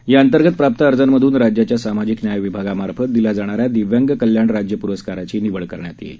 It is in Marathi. या अंतर्गत प्राप्त अर्जा मधून राज्याच्या सामाजिक न्याय विभागामार्फत दिल्या जाणाऱ्या दिव्यांग कल्याण राज्य प्रस्काराची निवड करण्यात येईल